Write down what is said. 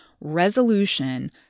resolution